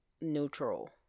neutral